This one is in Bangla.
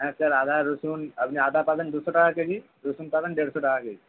হ্যাঁ স্যার আদা রসুন আপনি আদা পাবেন দুশো টাকা কেজি রসুন পাবেন দেড়শো টাকা কেজি